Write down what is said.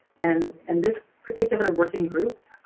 and and this particular working group